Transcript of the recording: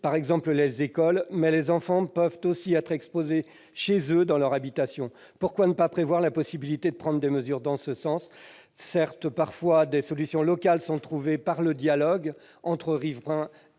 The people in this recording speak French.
par exemple, les écoles, mais les enfants peuvent aussi être exposés chez eux, dans leur habitation. Pourquoi ne pas prévoir la possibilité de prendre des mesures en ce sens ? Certes, parfois, des solutions locales sont trouvées par le dialogue entre riverains